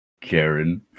Karen